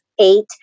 eight